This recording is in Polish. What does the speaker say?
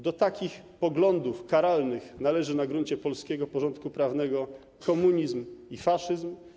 Do takich poglądów karalnych należy na gruncie polskiego porządku prawnego komunizm i faszyzm.